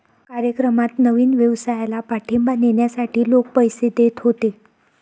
कार्यक्रमात नवीन व्यवसायाला पाठिंबा देण्यासाठी लोक पैसे देत होते